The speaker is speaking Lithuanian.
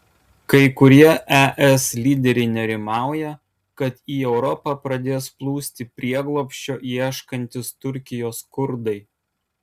kai kurie es lyderiai nerimauja kad į europą pradės plūsti prieglobsčio ieškantys turkijos kurdai